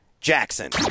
Jackson